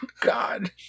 God